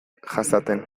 jasaten